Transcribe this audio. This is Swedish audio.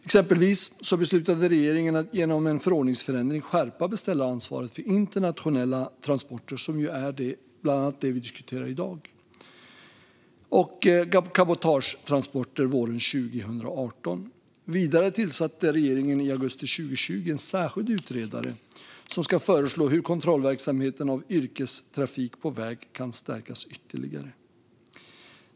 Exempelvis beslutade regeringen genom en förordningsförändring att skärpa beställaransvaret vid internationella transporter, som ju är det vi bland annat diskuterar i dag. Vi beslutade också om cabotagetransporter våren 2018. Vidare tillsatte regeringen i augusti 2020 en särskild utredare som ska föreslå hur kontrollverksamheten av yrkestrafik på väg kan stärkas ytterligare.